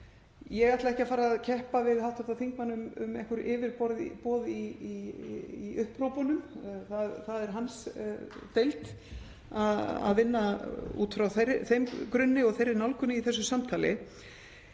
Ég ætla ekki að fara að keppa við hv. þingmann um einhver yfirboð í upphrópunum. Það er hans deild að vinna út frá þeim grunni og þeirri nálgun í þessu samtali.